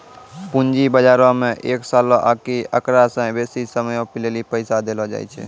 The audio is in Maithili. पूंजी बजारो मे एक सालो आकि एकरा से बेसी समयो लेली पैसा देलो जाय छै